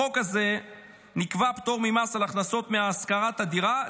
בחוק הזה נקבע פטור ממס על הכנסות מהשכרת הדירה.